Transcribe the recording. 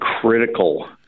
critical